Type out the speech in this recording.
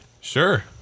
Sure